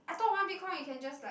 I thought one bitcoin you can just like